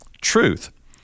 truth